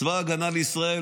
צבא הגנה לישראל,